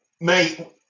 Mate